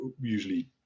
usually